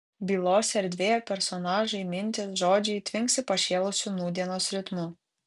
bylos erdvė personažai mintys žodžiai tvinksi pašėlusiu nūdienos ritmu